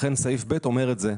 לכן סעיף (ב) אומר את זה,